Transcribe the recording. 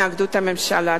התנגדות הממשלה.